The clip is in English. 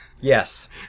Yes